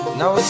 no